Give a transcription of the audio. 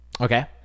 Okay